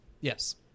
Yes